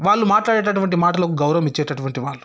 వాళ్ళు మాట్లాడేటటువంటి మాటలకు గౌరవం ఇచ్చేటటువంటి వాళ్ళు